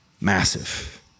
massive